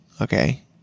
Okay